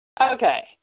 Okay